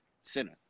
center